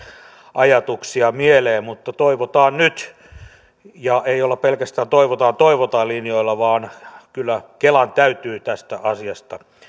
ajatuksia mieleen mutta toivotaan nyt ja ei olla pelkästään toivotaan toivotaan linjalla vaan kyllä kelan täytyy tästä asiasta